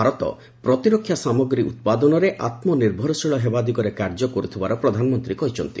ଭାରତ ପ୍ରତିରକ୍ଷା ସାମଗ୍ରୀ ଉତ୍ପାଦନରେ ଆତ୍ମନିର୍ଭରଶୀଳ ହେବା ଦିଗରେ କାର୍ଯ୍ୟ କରୁଥିବାର ପ୍ରଧାନମନ୍ତ୍ରୀ କହିଚ୍ଛନ୍ତି